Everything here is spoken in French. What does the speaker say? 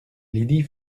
lydie